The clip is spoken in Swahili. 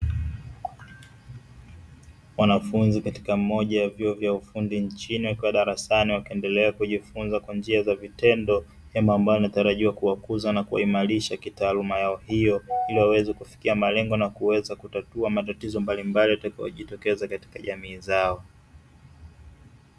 Wanafunzi katika moja ya vyuo vya ufundi nchini wakiwa darasani wakiendelea kujifunza kwa njia za vitendo jambo ambalo linaweza kuwakuza na kuimarisha kitaaluma yao, hiyo iliwaweze kufikia malengo na kuweza kutatua matatizo mbalimbali yatakayojitokeza katika jamii zao.